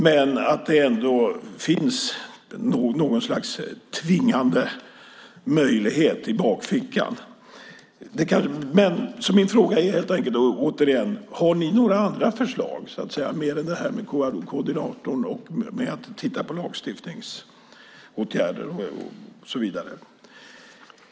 Sedan ska det ändå finnas något slags tvingande möjlighet i bakfickan. Min fråga är återigen: Har ni några andra förslag, mer än det här med koordinatorn och att titta på lagstiftningsåtgärder och så vidare?